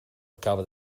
acaba